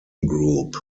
group